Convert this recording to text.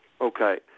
Okay